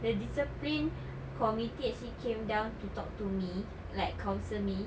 the discipline committee actually came down to talk to me like counsel me